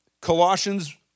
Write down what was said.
Colossians